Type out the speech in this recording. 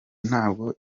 ntabwo